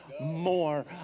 more